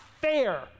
fair